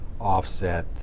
offset